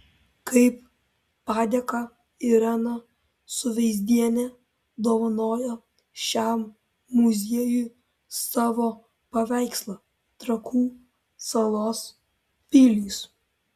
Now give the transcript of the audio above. kaip padėką irena suveizdienė dovanojo šiam muziejui savo paveikslą trakų salos pilys